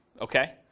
okay